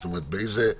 זאת אומרת, באיזו צורה,